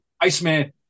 Iceman